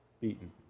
beaten